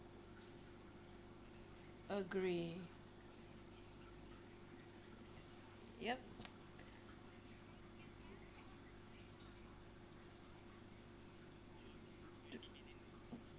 agree yup